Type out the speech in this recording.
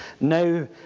now